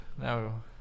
Now